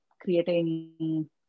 creating